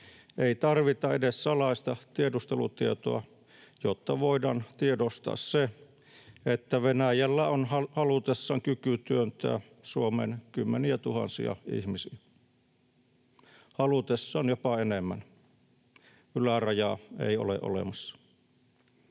ei tarvita edes salaista tiedustelutietoa, jotta voidaan tiedostaa se, että Venäjällä on halutessaan kyky työntää Suomeen kymmeniätuhansia ihmisiä, halutessaan jopa enemmän — ylärajaa ei ole olemassa.